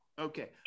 Okay